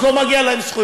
אז לא מגיעות להן זכויות.